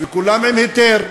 וכולם עם היתר,